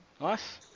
Nice